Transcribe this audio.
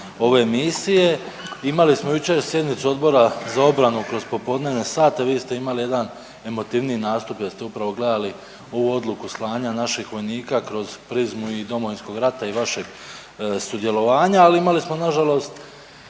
ove misije. Imali smo jučer sjednicu Odbora za obranu kroz popodnevne sate, vi ste imali jedan emotivniji nastup jer ste upravo gledali ovu odluku slanja naših vojnika kroz prizmu i Domovinskog rata i vašeg sudjelovanja, ali imali smo nažalost